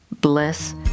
bless